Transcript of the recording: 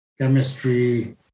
chemistry